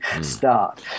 start